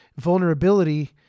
Vulnerability